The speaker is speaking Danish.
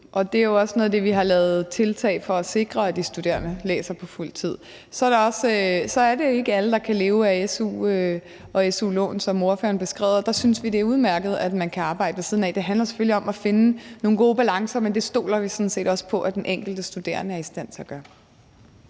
tid. Og det er jo også noget af det, vi har lavet tiltag for at sikre: at de studerende læser på fuld tid. Så er det ikke alle, der kan leve af su og su-lån, som ordføreren beskriver, og der synes vi, at det er udmærket, at man kan arbejde ved siden af. Det handler selvfølgelig om at finde nogle gode balancer, men det stoler vi sådan set også på at den enkelte studerende er i stand til at gøre.